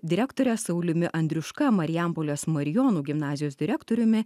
direktore sauliumi andriuška marijampolės marijonų gimnazijos direktoriumi